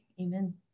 Amen